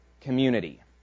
community